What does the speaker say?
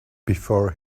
before